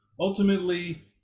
ultimately